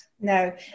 no